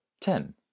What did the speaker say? Ten